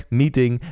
meeting